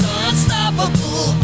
unstoppable